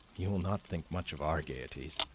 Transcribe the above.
you will not think much of our gaieties,